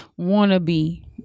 wannabe